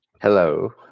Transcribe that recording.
Hello